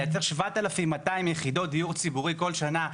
לייצר 7,200 יחידות דיור ציבורי כל שנה,